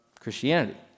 Christianity